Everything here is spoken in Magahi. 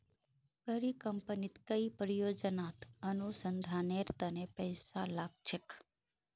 बड़ी कंपनी कई परियोजनात अनुसंधानेर तने पैसा लाग छेक